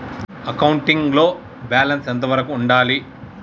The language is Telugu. అకౌంటింగ్ లో బ్యాలెన్స్ ఎంత వరకు ఉండాలి?